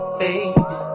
baby